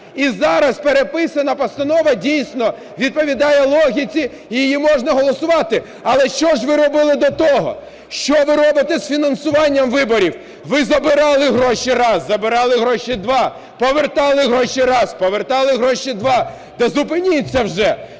І зараз переписана постанова, дійсно, відповідає логіці і її можна голосувати. Але що ж ви робили до того? Що ви робите з фінансування виборів? Ви забирали гроші – раз, забирали гроші – два, повертали гроші – раз, повертали гроші – два. Та зупиніться вже!